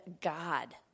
God